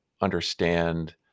understand